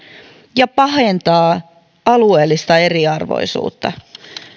ja pahentaa alueellista eriarvoisuutta